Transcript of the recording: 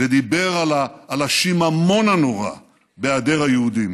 ודיבר על השיממון הנורא בהיעדר היהודים.